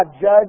judge